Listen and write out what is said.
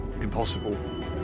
impossible